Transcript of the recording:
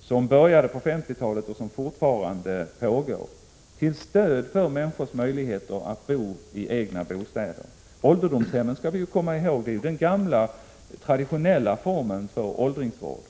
som påbörjades på 1950-talet och som fortfarande pågår för att ge människor det stöd de behöver för att kunna bo i egna bostäder. Vi skall komma ihåg att ålderdomshemmen är den gamla traditionella formen för åldringsvård.